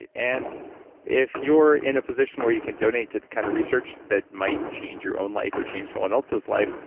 and if you're in a position where you can donate to the kind of research that might change your own life, or change someone else's life,